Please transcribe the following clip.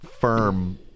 firm